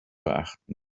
beachten